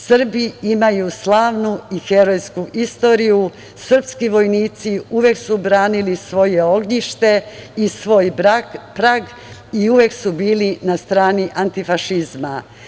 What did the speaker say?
Srbi imaju slavnu i herojsku istoriju, srpski vojnici uvek su branili svoje ognjište i svoj prag i uvek su bili na strani antifašizma.